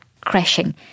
crashing